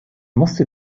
musste